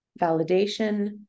validation